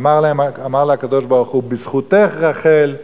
אמר לה הקדוש-ברוך-הוא: בזכותך, רחל,